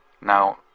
Now